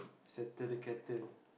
settle the cattle